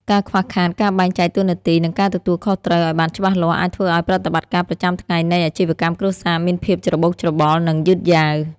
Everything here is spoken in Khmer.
ការខ្វះខាតការបែងចែកតួនាទី និងការទទួលខុសត្រូវឱ្យបានច្បាស់លាស់ អាចធ្វើឱ្យប្រតិបត្តិការប្រចាំថ្ងៃនៃអាជីវកម្មគ្រួសារមានភាពច្របូកច្របល់ និងយឺតយ៉ាវ។